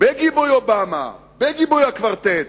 בגיבוי אובמה, בגיבוי הקוורטט.